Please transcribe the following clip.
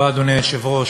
אדוני היושב-ראש,